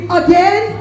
again